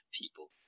people